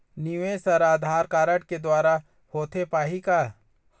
निवेश हर आधार कारड के द्वारा होथे पाही का?